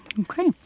Okay